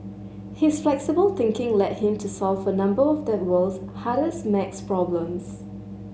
his flexible thinking led him to solve a number of that world's hardest maths problems